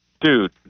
Dude